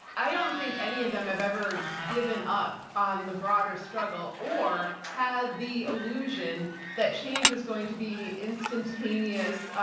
i don't think any of them have ever given up on the broader struggle or had the illusion that change was going to be instantaneous,